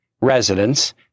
residents